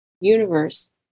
universe